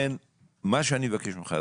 מה שאני מבקש ממך,